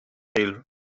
male